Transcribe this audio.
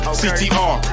ctr